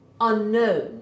unknown